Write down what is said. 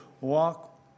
walk